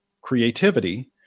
creativity